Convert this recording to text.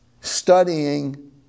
studying